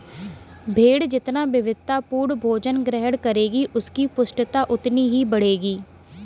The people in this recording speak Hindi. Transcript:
भेंड़ जितना विविधतापूर्ण भोजन ग्रहण करेगी, उसकी पुष्टता उतनी ही बढ़ेगी